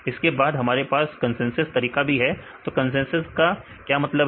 इसके बाद हमारे पास कंसेंसस तरीका भी है तो कंसेंसस का क्या मतलब है